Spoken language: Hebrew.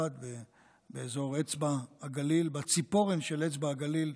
באזור אצבע הגליל, בציפורן של אצבע הגליל,